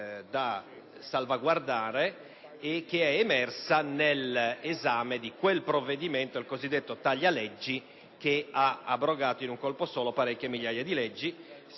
Grazie